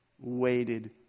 waited